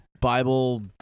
bible